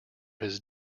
his